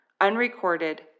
unrecorded